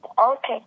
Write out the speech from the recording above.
okay